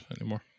anymore